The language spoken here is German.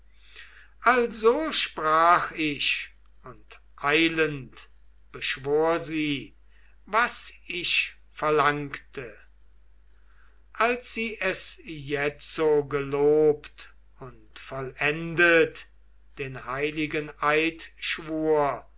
also sprach ich und eilend beschwor sie was ich verlangte als sie es jetzo gelobt und vollendet den heiligen eidschwur